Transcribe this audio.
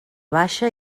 baixa